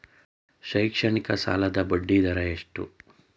ಶೈಕ್ಷಣಿಕ ಸಾಲದ ಬಡ್ಡಿ ದರ ಎಷ್ಟು?